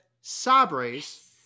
Sabres